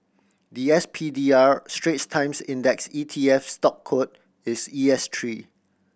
the S P D R Straits Times Index E T F stock code is E S three